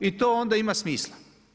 I to onda ima smisla.